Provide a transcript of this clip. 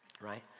right